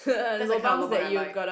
that's the kind of lobang I like